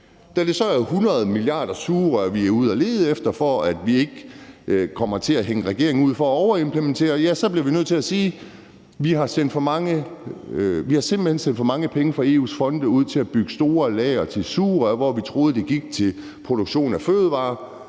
Da det så er 100 milliarder sugerør, vi er ude at lede efter, for at vi ikke kommer til at hænge regeringen ud for at overimplementere, så bliver vi nødt til at sige: Vi har simpelt hen sendt for mange penge fra EU's fonde ud til at bygge store lagre til sugerør, hvor vi troede, det gik til produktion af fødevarer;